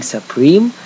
Supreme